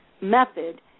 method